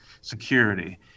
security